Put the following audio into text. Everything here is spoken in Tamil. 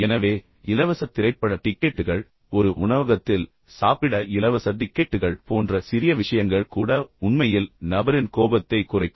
எனவே இலவச திரைப்பட டிக்கெட்டுகள் ஒரு உணவகத்தில் சாப்பிட இலவச டிக்கெட்டுகள் போன்ற சிறிய விஷயங்கள் கூட உண்மையில் நபரின் கோபத்தை குறைக்கும்